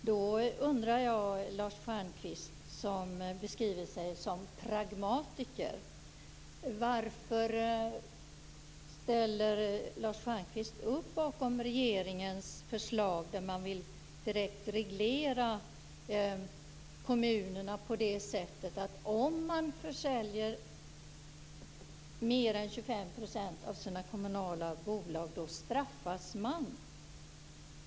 Fru talman! Lars Stjernkvist beskriver sig som pragmatiker. Jag undrar då varför Lars Stjernkvist ställer upp bakom regeringens förslag där man vill direkt reglera kommunerna på det sättet att om de försäljer mer än 25 % av sina kommunala bolag straffas de.